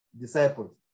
disciples